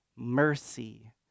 mercy